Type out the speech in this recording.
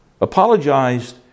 Apologized